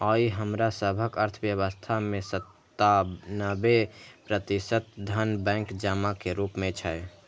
आइ हमरा सभक अर्थव्यवस्था मे सत्तानबे प्रतिशत धन बैंक जमा के रूप मे छै